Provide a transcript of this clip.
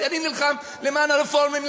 אני נלחם למען הרפורמים,